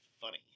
funny